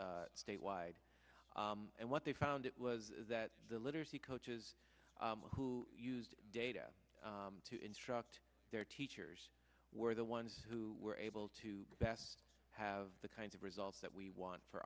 statewide and what they found was that the literacy coaches who used data to instruct their teachers were the ones who were able to best have the kinds of results that we want for